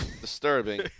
disturbing